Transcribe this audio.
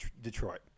Detroit